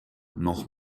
noch